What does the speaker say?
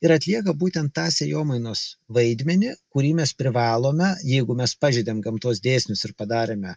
ir atlieka būtent tą sėjomainos vaidmenį kurį mes privalome jeigu mes pažeidėm gamtos dėsnius ir padarėme